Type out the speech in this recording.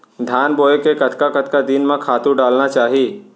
धान बोए के कतका कतका दिन म खातू डालना चाही?